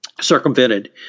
circumvented